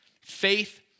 Faith